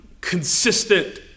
consistent